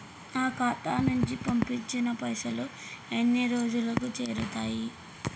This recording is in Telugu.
నా ఖాతా నుంచి పంపిన పైసలు ఎన్ని రోజులకు చేరుతయ్?